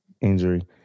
injury